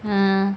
ah